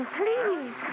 please